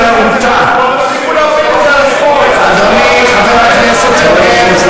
יוגב, אדוני חבר הכנסת יוגב,